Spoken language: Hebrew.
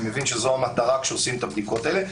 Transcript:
מבין שזו המטרה כשעושים את הבדיקות האלה.